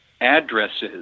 addresses